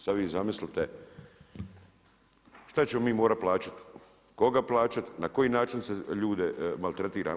Sad vi zamislite šta ćemo mi morati plaćati, koga plaćati, na koji način se ljude maltretira.